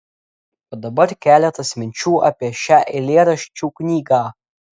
o dabar keletas minčių apie šią eilėraščių knygą